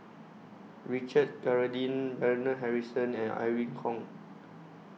Richard Corridon Bernard Harrison and Irene Khong